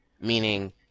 Meaning